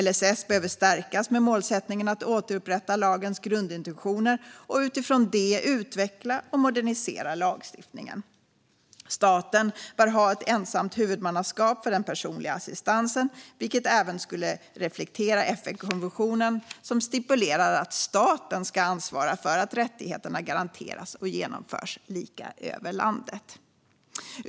LSS behöver stärkas med målsättningen att återupprätta lagens grundintentioner och utifrån det utveckla och modernisera lagstiftningen. Staten bör ha ett ensamt huvudmannaskap för den personliga assistansen, vilket även skulle reflektera FN-konventionen som stipulerar att staten ska ansvara för att rättigheterna garanteras och genomförs lika över landet.